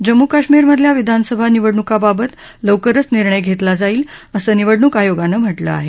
जम्मू कश्मीरमधील विधानसभा निवडणुकांबाबत लवकरच निर्णय घेतला जाईल असं निवडणुक आयोगानं म्हटलं आहे